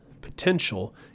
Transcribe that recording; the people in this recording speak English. potential